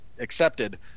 accepted